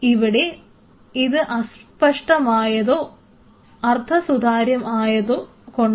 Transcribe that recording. ഇവിടെ ഇത് അസ്പഷ്ടമായതോ അർദ്ധസുതാര്യം ആയതുകൊണ്ടാണ്